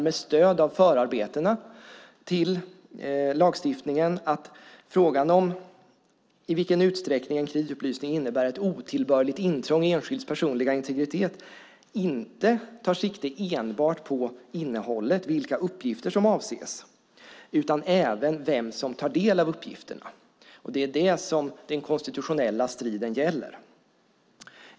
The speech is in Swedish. Med stöd av förarbetena till lagstiftningen menar regeringen att frågan om i vilken utsträckning en kreditupplysning innebär ett otillbörligt intrång i enskilds personliga integritet inte tar sikte enbart på innehållet, på vilka uppgifter som avses, utan även på vem som tar del av uppgifterna. Det är det som den konstitutionella striden gäller.